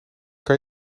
kan